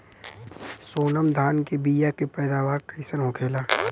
सोनम धान के बिज के पैदावार कइसन होखेला?